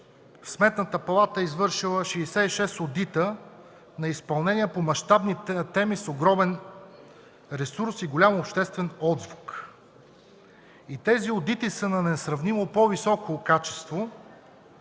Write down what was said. Сметната палата е извършила 66 одита на изпълнение по мащабни теми с огромен ресурс и голям обществен отзвук. И тези одити са на несравнимо по-високо качество